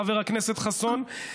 חבר הכנסת חסון,